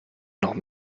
noch